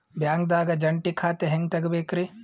ಬ್ಯಾಂಕ್ದಾಗ ಜಂಟಿ ಖಾತೆ ಹೆಂಗ್ ತಗಿಬೇಕ್ರಿ?